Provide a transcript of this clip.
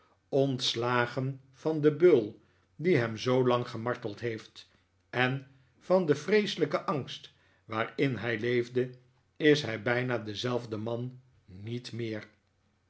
ontslagen van den beul die hem zoolang gemarteld heeft en van den verschrikkelijken angst waarin hij leefde is hij bijna dezelfde man niet meer